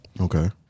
Okay